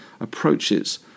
approaches